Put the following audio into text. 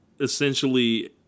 essentially